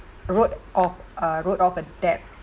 wrote off uh wrote off a debt